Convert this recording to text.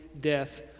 death